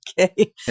Okay